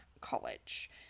college